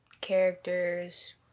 characters